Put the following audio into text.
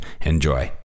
Enjoy